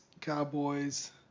Cowboys